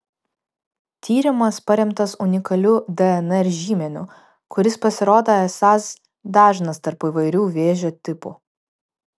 tyrimas paremtas unikaliu dnr žymeniu kuris pasirodo esąs dažnas tarp įvairių vėžio tipų